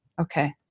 okay